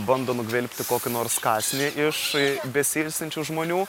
bando nugvelbti kokį nors kąsnį iš besiilsinčių žmonių